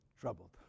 troubled